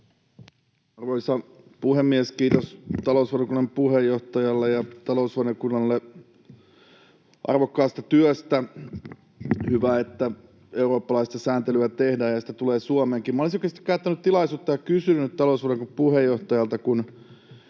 Arvoisa puhemies! Kiitos talousvaliokunnan puheenjohtajalle ja talousvaliokunnalle arvokkaasta työstä. Hyvä, että eurooppalaista sääntelyä tehdään ja sitä tulee Suomeenkin. Minä olisin oikeastaan käyttänyt tilaisuutta ja kysynyt talousvaliokunnan puheenjohtajalta,